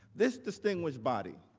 this distinguished body,